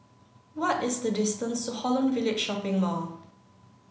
what is the distance to Holland Village Shopping Mall